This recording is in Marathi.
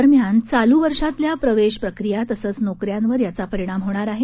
दरम्यान चालू वर्षातल्या प्रवेश प्रक्रिया तसंच नोक यांवर याचा परिणाम होणार आहे